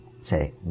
say